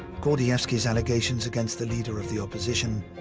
gordievsky's allegations against the leader of the opposition,